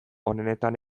onenetan